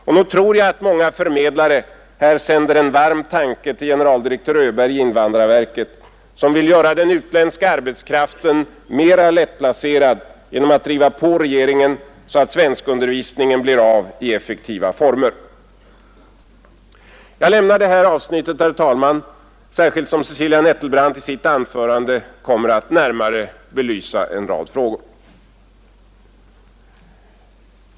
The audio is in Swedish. Och nog tror jag att många förmedlare sänder en varm tanke till generaldirektör Öberg i invandrarverket som vill göra den utländska arbetskraften mera lättplacerad genom att driva på regeringen så att svenskundervisningen blir av i effektiva former. Jag lämnar det här avsnittet, herr talman, särskilt som Cecilia Nettelbrandt i sitt anförande kommer att närmare belysa en rad frågor.